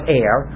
air